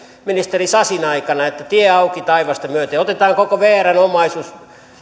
ministeri sasin aikana että tie auki taivasta myöten ja otetaan koko vrn omaisuus